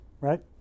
right